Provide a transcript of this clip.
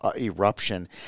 eruption